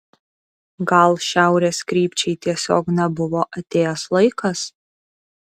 gal šiaurės krypčiai tiesiog nebuvo atėjęs laikas